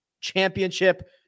Championship